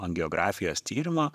angiografijos tyrimą